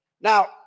Now